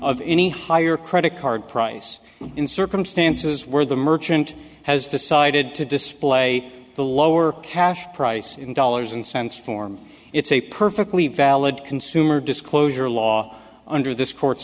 of any higher credit card price in circumstances where the merchant has decided to display the lower cash price in dollars and cents form it's a perfectly valid consumer disclosure law under this court's